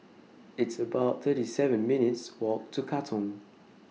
It's about thirty seven minutes' Walk to Katong